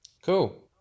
Cool